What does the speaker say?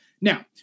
Now